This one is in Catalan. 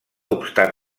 obstant